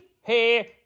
hey